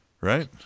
right